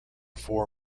four